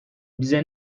bize